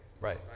Right